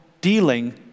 dealing